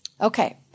Okay